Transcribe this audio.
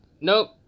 Nope